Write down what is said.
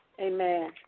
Amen